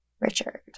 richard